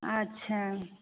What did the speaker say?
अच्छा